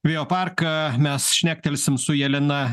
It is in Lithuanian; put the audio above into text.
vėjo parką mes šnektelsim su jelena